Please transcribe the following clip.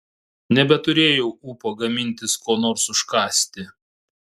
nebeturėjau ūpo gamintis ko nors užkąsti